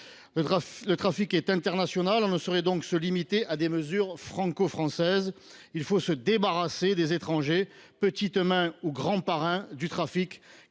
Le trafic est international ; on ne saurait donc se limiter à des mesures franco françaises. Il faut se débarrasser des étrangers, petites mains ou grands parrains du trafic,